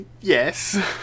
Yes